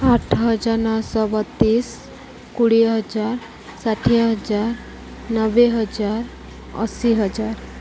ଆଠ ହଜାର ନଅ ଶହ ବତିଶି କୋଡ଼ିଏ ହଜାର ଷାଠିଏ ହଜାର ନବେ ହଜାର ଅଶୀ ହଜାର